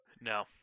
no